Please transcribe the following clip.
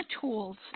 tools